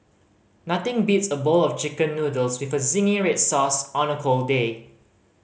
nothing beats a bowl of Chicken Noodles with zingy red sauce on a cold day